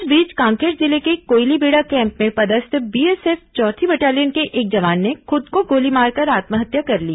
इस बीच कांकेर जिले के कोयलीबेड़ा कैम्प में पदस्थ बीएसएफ चौथी बटालियन के एक जवान ने खुद को गोली मारकर आत्महत्या कर ली